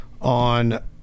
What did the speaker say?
on